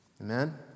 Amen